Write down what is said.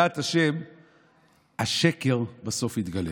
ואני רוצה לומר שזה הזמן להצביע,